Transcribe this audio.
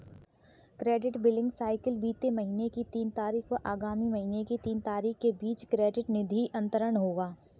credit billing cycle बीते महीने की तीन तारीख व आगामी महीने की तीन तारीख के बीच क्रेडिट निधि अंतरण होगा